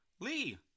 Lee